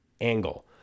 angle